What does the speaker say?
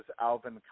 Alvin